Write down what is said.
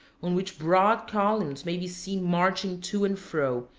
on which broad columns may be seen marching to and fro,